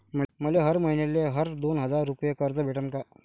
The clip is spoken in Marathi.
मले हर मईन्याले हर दोन हजार रुपये कर्ज भेटन का?